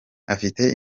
afite